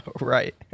Right